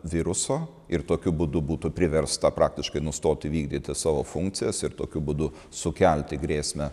viruso ir tokiu būdu būtų priversta praktiškai nustoti vykdyti savo funkcijas ir tokiu būdu sukelti grėsmę